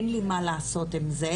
אין לי מה לעשות עם זה.